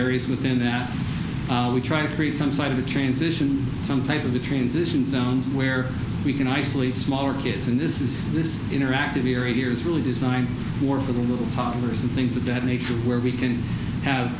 areas within that we try to freeze some side of the transition some type of the transition zone where we can isolate smaller kids and this is this interactive here is really designed for the little toddlers and things of that nature where we can have